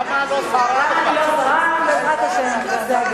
למה לא שרה?